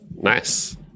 Nice